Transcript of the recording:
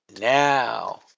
now